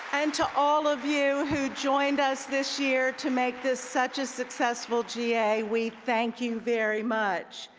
and to all of you who joined us this year to make this such a successful ga, we thank you very much.